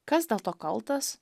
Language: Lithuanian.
kas dėl to kaltas